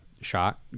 shot